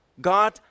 God